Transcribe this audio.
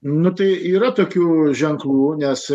nu tai yra tokių ženklų nes